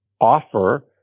offer